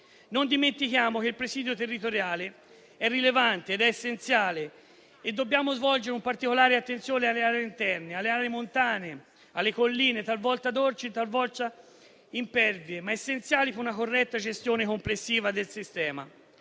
Non dimentichiamo che il presidio territoriale è rilevante ed essenziale. Dobbiamo dare particolare attenzione alle aree interne, alle aree montane, alle colline talvolta dolci e talvolta impervie, ma essenziali per una corretta gestione complessiva del sistema,